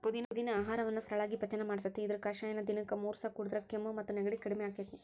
ಪುದಿನಾ ಆಹಾರವನ್ನ ಸರಳಾಗಿ ಪಚನ ಮಾಡ್ತೆತಿ, ಇದರ ಕಷಾಯನ ದಿನಕ್ಕ ಮೂರಸ ಕುಡದ್ರ ಕೆಮ್ಮು ಮತ್ತು ನೆಗಡಿ ಕಡಿಮಿ ಆಕ್ಕೆತಿ